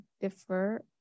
differ